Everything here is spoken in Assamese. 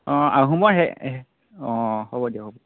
অঁ আহোমৰ সেই অঁ হ'ব দিয়ক হ'ব